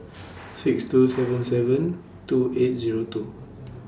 six two seven seven two eight Zero two